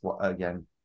again